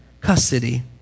custody